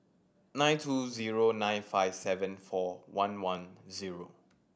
nine two zero nine five seven four one one zero